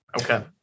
Okay